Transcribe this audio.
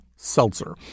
seltzer